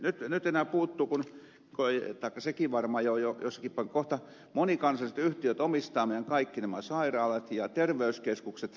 nyt enää puuttuu taikka sekin varmaan jo on jossakin päin jotta kohta monikansalliset yhtiöt omistavat kaikki meidän sairaalat ja terveyskeskukset